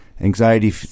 Anxiety